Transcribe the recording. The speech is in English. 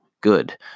good